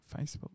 facebook